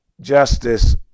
justice